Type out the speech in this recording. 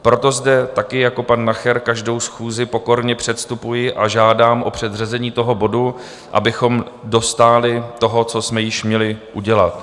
Proto zde také jako pan Nacher každou schůzi pokorně předstupuji a žádám o předřazení toho bodu, abychom dostáli toho, co jsme již měli udělat.